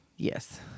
yes